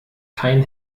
kein